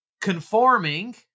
conforming